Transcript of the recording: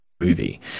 movie